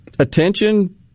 attention